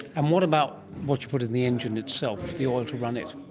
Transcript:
and what about what you put in the engine itself, the oil to run it?